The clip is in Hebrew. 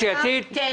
אני חושב שלא.